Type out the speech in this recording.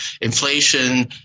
inflation